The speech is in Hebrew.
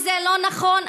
וזה לא נכון,